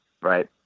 right